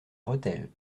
rethel